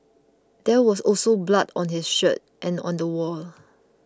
there was also blood on his shirt and on the wall